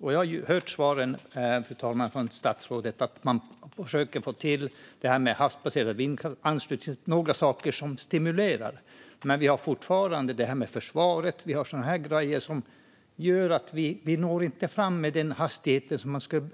Jag har hört svaren från statsrådet att man försöker få till det här med havsbaserad vindkraft, anslutning och saker som stimulerar. Men vi har fortfarande försvaret och sådana saker som gör att vi inte når fram i den hastighet som vi skulle